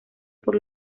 por